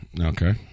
Okay